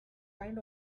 kind